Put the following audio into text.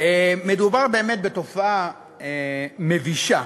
מדובר באמת בתופעה מבישה,